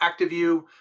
ActiveView